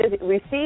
receive